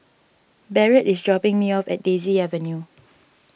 Barrett is dropping me off at Daisy Avenue